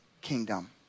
kingdom